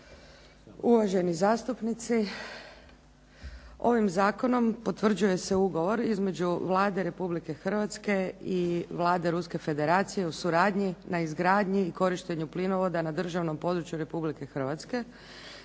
Uvaženi zastupnici. Ovim zakonom potvrđuje se Ugovor između Vlade Republike Hrvatske i Vlade Ruske Federacije o suradnji na izgradnji i korištenju plinovoda na državnom području Republike Hrvatske